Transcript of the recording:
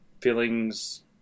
feelings